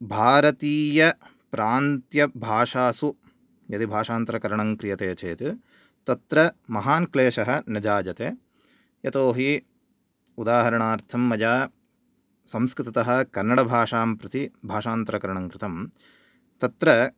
भारतीयप्रान्त्यभाषासु यदि भाषान्तरकरणं क्रियते चेद् तत्र महान् क्लेशः न जायते यतोहि उदाहरणार्थं मया संस्कृततः कन्नडभाषां प्रति भाषान्तरकरणं कृतं तत्र